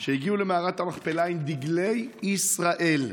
שהגיעו למערת המכפלה עם דגלי ישראל.